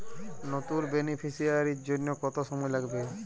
নতুন বেনিফিসিয়ারি জন্য কত সময় লাগবে?